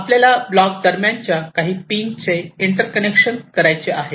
आपल्याला ब्लॉक दरम्यानच्या काही पिन चे इंटर्कनेक्शन करायचे आहे